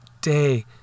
day